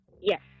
Yes